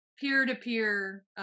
peer-to-peer